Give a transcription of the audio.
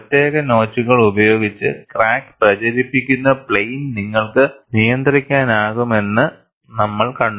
പ്രത്യേക നോച്ചുകൾ ഉപയോഗിച്ച് ക്രാക്ക് പ്രചരിപ്പിക്കുന്ന പ്ലെയിൻ നിങ്ങൾക്ക് നിയന്ത്രിക്കാനാകുമെന്ന് നമ്മൾ കണ്ടു